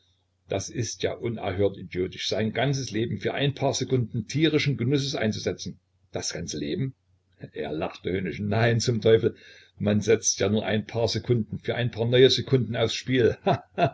das ist ja unerhört idiotisch sein ganzes leben für ein paar sekunden tierischen genusses einzusetzen das ganze leben er lachte höhnisch nein zum teufel man setzt ja nur ein paar sekunden für ein paar neue sekunden aufs spiel